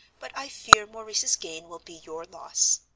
but i fear maurice's gain will be your loss.